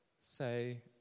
Say